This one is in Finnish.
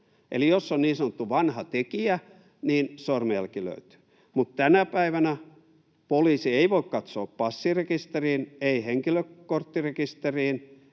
Eli jos on niin sanottu vanha tekijä, sormenjälki löytyy. Mutta tänä päivänä poliisi ei voi katsoa passirekisteriin, ei henkilökorttirekisteriin